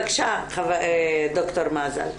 בבקשה ד"ר מזל.